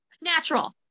Natural